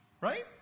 Right